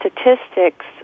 statistics